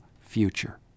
future